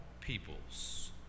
peoples